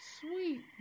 Sweet